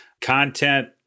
content